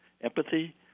empathy